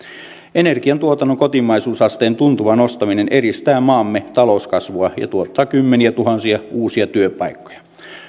energiantuotannon kotimaisuusasteen tuntuva nostaminen edistää maamme talouskasvua ja tuottaa kymmeniätuhansia uusia työpaikkoja